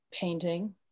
painting